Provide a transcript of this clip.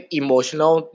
emotional